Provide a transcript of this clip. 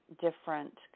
different